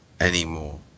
anymore